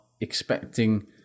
expecting